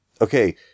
okay